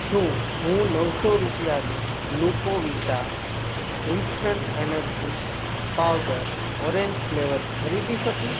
શું હું નવસો રૂપિયાનું Glucovita instant energy powder orange flavour ખરીદી શકું